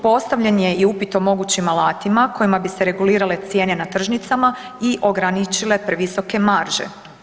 Postavljen je i upit o mogućim alatima kojima bi se regulirane cijene na tržnicama i ograničile previsoke marže.